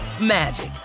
magic